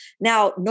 Now